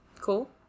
cool